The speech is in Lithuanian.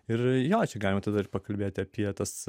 ir jo čia galima dar pakalbėti apie tas